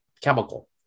chemical